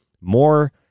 more